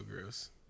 gross